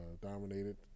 dominated